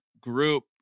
group